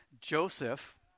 Joseph